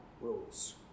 rules